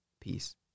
Peace